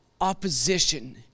opposition